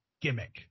gimmick